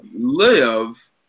live